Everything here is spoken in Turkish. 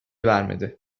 vermedi